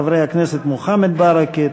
חברי הכנסת מוחמד ברכה,